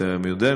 אתה יודע?